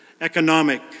economic